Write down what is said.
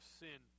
sin